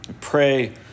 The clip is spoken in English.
Pray